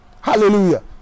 Hallelujah